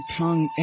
tongue